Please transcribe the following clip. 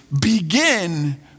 begin